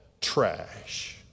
trash